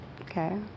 okay